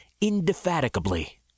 indefatigably